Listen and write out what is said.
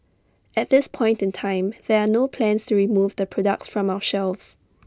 at this point in time there are no plans to remove the products from our shelves